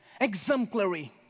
exemplary